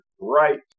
right